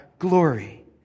glory